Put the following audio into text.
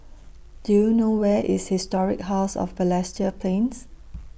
Do YOU know Where IS Historic House of Balestier Plains